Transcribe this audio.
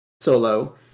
solo